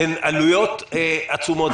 הן עלויות עצומות.